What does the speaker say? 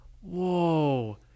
whoa